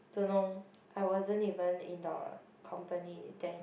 don't know I wasn't even in the company then